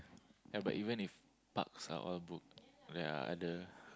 ya but even if parks are all booked ya the